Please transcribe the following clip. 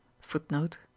Footnote